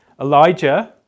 Elijah